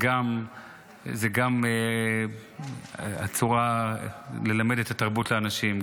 זו גם הצורה ללמד את התרבות לאנשים,